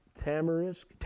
tamarisk